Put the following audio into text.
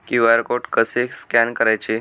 QR code कसे scan करायचे?